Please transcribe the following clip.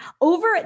over